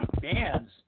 Bands